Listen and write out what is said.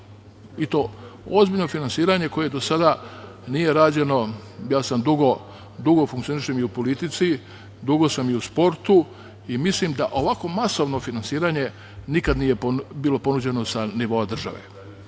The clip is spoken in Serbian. i to ozbiljno finansiranje koje do sada nije rađeno. Dugo ja funkcionišem i u politici, dugo sam i u sportu i mislim da ovako masovno finansiranje nikad nije bilo ponuđeno sa nivoa